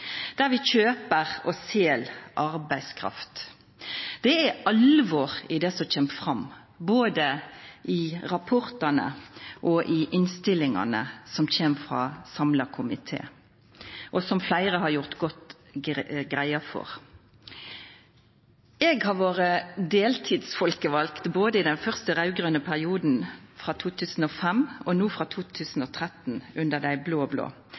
der vi kjøper og sel arbeidskraft. Det er alvor i det som kjem fram, både i rapportane og i innstillingane frå ein samla komité, som fleire har gjort godt greie for. Eg har vore deltidsfolkevald både i den første raud-grøne perioden frå 2005 og no frå 2013 under dei